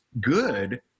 good